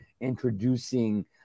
introducing